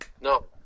No